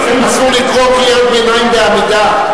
אסור לקרוא קריאות ביניים בעמידה.